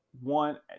one